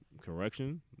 correction